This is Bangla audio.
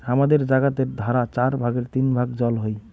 হামাদের জাগাতের ধারা চার ভাগের তিন ভাগ জল হই